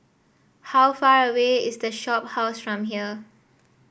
how far away is The Shophouse from here